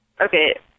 Okay